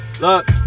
look